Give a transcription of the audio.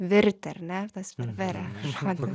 virti ar ne tas perveria žodis